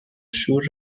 شور